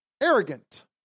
Arrogant